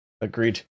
Agreed